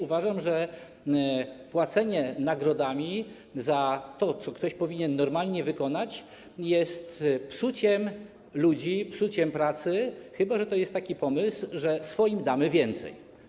Uważam, że płacenie nagrodami za to, co ktoś powinien normalnie wykonać, jest psuciem ludzi, psuciem pracy, chyba że to jest taki pomysł, że swoim damy więcej.